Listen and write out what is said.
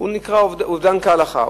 נקרא אובדן כהלכה.